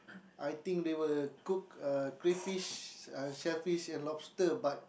I think they will cook uh crayfish uh shellfish and lobster but